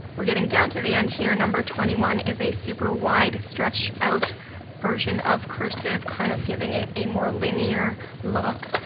we're getting down to the end here. number twenty one is a super wide, stretched out version of cursive, kind of giving it a more linear look.